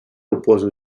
oppose